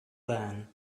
then